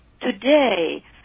today